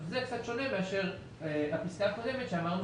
זה קצת שונה מאשר הפסקה הקודמת בה אמרנו